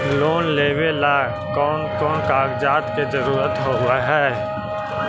Loan लेबे ला कौन कौन कागजात के जरुरत होबे है?